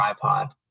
tripod